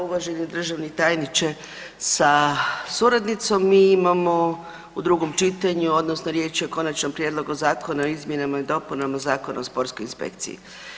Uvaženi državni tajniče sa suradnicom, mi imamo u drugom čitanju odnosno riječ je o Konačnom prijedlogu Zakona o izmjenama i dopunama Zakona o sportskoj inspekciji.